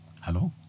Hello